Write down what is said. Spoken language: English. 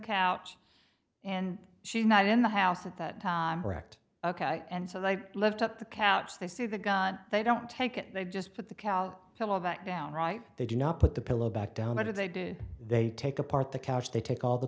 couch and she's not in the house at that time wrecked ok and so they lift up the couch they see the gun they don't take it they just put the couch pillow back down right they do not put the pillow back down but if they do they take apart the couch they take all the